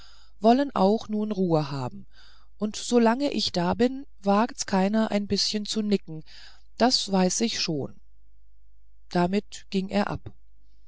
wollen auch nun ruhe haben und solange ich da bin wagt's keiner ein bißchen zu nicken das weiß ich schon damit ging er ab